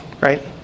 right